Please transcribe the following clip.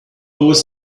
was